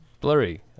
blurry